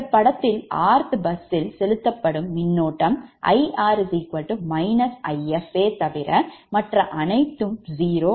இந்த படத்தில் r𝑡ℎ bus யில் செலுத்தப்படும் மின்னோட்டம் Ir If தவிர மற்ற அணைத்தும் 0 ஆகும்